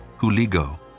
Huligo